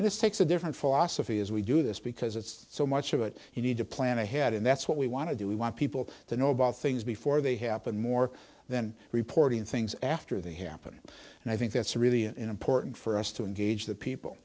and this takes a different philosophy as we do this because it's so much of it you need to plan ahead and that's what we want to do we want people to know about things before they happen more than reporting things after they happen and i think that's really important for us to engage the people